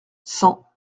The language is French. cent